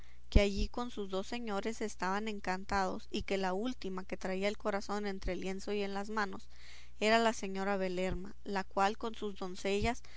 que allí con sus dos señores estaban encantados y que la última que traía el corazón entre el lienzo y en las manos era la señora belerma la cual con sus doncellas